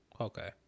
okay